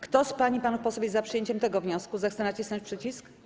Kto z pań i panów posłów jest za przyjęciem tego wniosku, zechce nacisnąć przycisk.